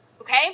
okay